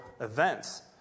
events